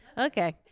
Okay